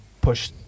push